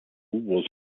was